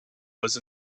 was